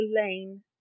Lane